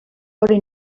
hori